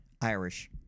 Irish